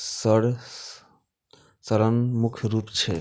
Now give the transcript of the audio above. धड़ सड़न मुख्य छै